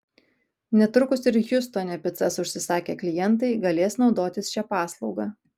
netrukus ir hjustone picas užsisakę klientai galės naudotis šia paslauga